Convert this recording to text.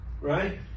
Right